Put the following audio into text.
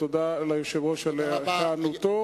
תודה ליושב-ראש על היענותו